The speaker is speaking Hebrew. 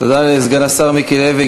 תודה לסגן השר מיקי לוי,